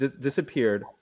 disappeared